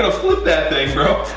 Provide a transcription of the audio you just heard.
ah poot that thing bro?